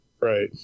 Right